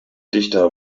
dichter